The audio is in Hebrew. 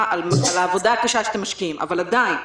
על העבודה הקשה שאתם משקיעים אבל עדין,